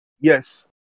Yes